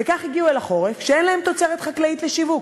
וכך הגיעו לחורף כשאין להם תוצרת חקלאית לשיווק.